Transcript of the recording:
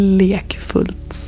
lekfullt